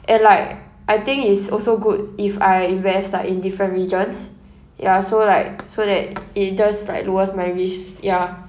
and like I think is also good if I invest like in different regions ya so like so that it just like lowers my risk ya